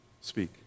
speak